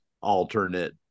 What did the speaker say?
alternate